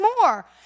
more